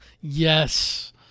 Yes